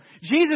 Jesus